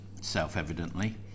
self-evidently